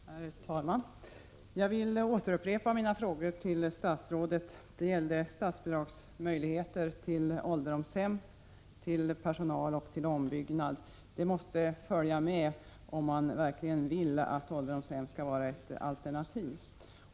Herr talman! Jag vill återupprepa mina frågor till statsrådet. De gällde statsbidragsmöjligheter till ålderdomshem, till personal och till ombyggnad. Detta måste följa med om man verkligen vill att ålderdomshemmen skall vara ett alternativ.